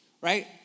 right